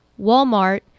Walmart